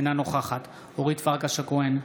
אינה נוכחת אורית פרקש הכהן,